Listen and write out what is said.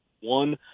One